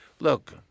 Look